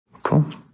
Cool